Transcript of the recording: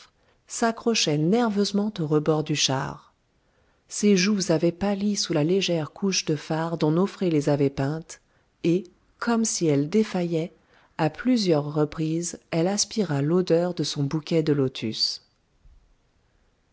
s'accrochait nerveusement au rebord du char ses joues avaient pâli sous la légère couche de fard dont nofré les avaient peintes et comme si elle défaillait à plusieurs reprises elle aspira l'odeur de son bouquet de lotus